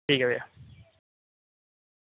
ठीक ऐ